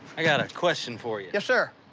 i got a question for you. yes sir!